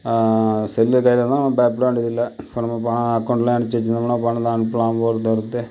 cell கையில் இருந்தால் நம்ம பயப்பட வேண்டியதில்லை இப்போ நம்ம பணம் அக்கவுண்ட் அனுப்பிச்சு வைச்சிருந்தோம்னா பணத்தை அனுப்பலாம் போடுறது வர்றது